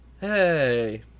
Hey